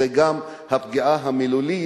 זה גם הפגיעה המילולית,